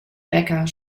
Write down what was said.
bäcker